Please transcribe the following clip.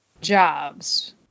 Jobs